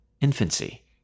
infancy